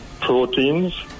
proteins